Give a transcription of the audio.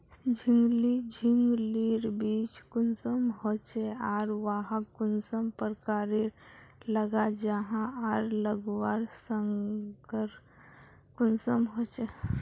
झिंगली झिंग लिर बीज कुंसम होचे आर वाहक कुंसम प्रकारेर लगा जाहा आर लगवार संगकर कुंसम होचे?